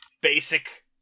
basic